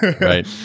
right